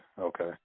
Okay